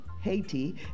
haiti